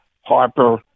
Harper